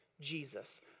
Jesus